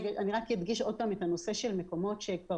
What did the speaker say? אני אדגיש שוב את הנושא של מקומות שכבר